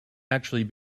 actually